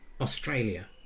Australia